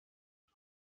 gen